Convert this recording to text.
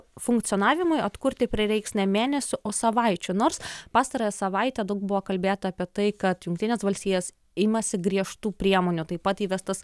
funkcionavimui atkurti prireiks ne mėnesių o savaičių nors pastarąją savaitę daug buvo kalbėta apie tai kad jungtinės valstijos imasi griežtų priemonių taip pat įvestos